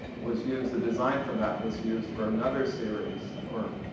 was used, the design for that was used for another series or